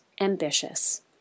ambitious